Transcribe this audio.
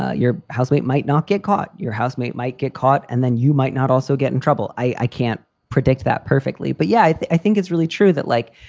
ah your house might not get caught. your housemate might get caught, and then you might not also get in trouble. i can't predict that perfectly. but yeah, i think it's really true that, like,